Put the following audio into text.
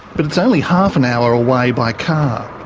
but it's only half an hour away by car.